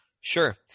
Sure